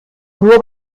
nur